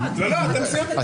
אתם סיימתם.